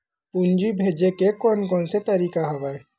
पूंजी भेजे के कोन कोन से तरीका हवय?